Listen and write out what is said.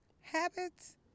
Habits